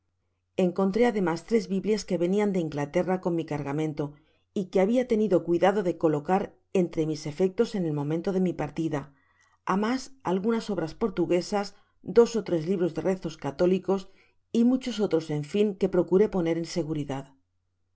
encontré ademas tres biblias que venian de inglaterra con mi cargamento y que habia tenido cuidado de colocar entre mis efectos en el momento de mi partida á mas algunas obras portuguesas dos ó tres libros de rezos católicos y muchos otros en fin que procuré poner en seguridad